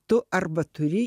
tu arba turi